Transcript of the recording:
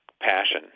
passion